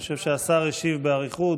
אני חושב שהשר השיב באריכות,